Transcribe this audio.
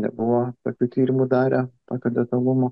nebuvo tokių tyrimų darę tokio detalumo